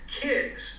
kids